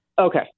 Okay